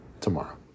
tomorrow